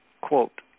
quote